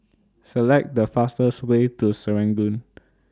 Select The fastest Way to Serangoon